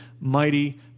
mighty